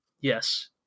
Yes